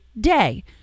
day